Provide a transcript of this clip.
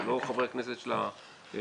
זה לא חברי הכנסת של המשותפת,